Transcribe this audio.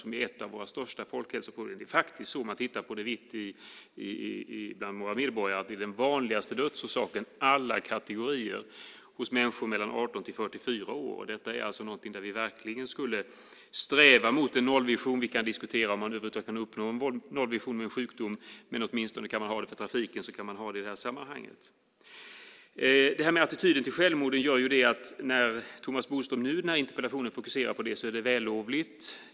Det är ett av våra största folkhälsoproblem. Det är den vanligaste dödsorsaken alla kategorier hos människor mellan 18 och 44 år. Här borde vi verkligen sträva mot en nollvision. Vi kan diskutera om man över huvud taget kan uppnå en nollvision när det gäller en sjukdom, men kan man ha det för trafiken kan man ha det i det här sammanhanget. Det är vällovligt att Thomas Bodström fokuserar på självmord i den här interpellationen.